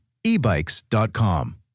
ebikes.com